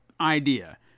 idea